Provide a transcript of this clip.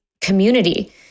community